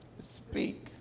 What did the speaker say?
speak